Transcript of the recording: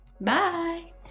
Bye